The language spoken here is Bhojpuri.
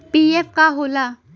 पी.एफ का होला?